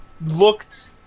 looked